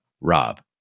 Rob